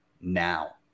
now